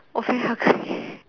oh very hungry